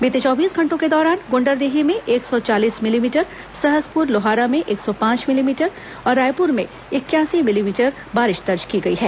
बीते चौबीस घंटों के दौरान गुंडरदेही में एक सौ चालीस मिलीमीटर सहसपुर लोहारा में एक सौ पांच मिलीमीटर और रायपुर में इकयासी मिलीमीटर बारिश दर्ज की गई है